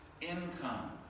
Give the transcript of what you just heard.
income